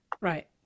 Right